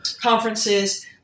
conferences